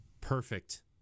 Perfect